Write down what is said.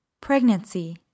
Pregnancy